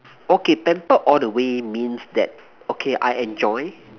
okay pampered all the way means that okay I enjoy